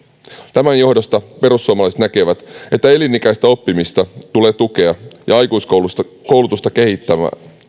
tämän johdosta perussuomalaiset näkevät että elinikäistä oppimista tulee tukea ja aikuiskoulutusta kehittää